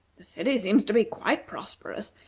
the city seems to be quite prosperous,